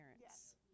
Yes